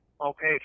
okay